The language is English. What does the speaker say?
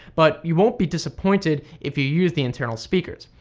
but you won't be disappointed if you use the internal speakers.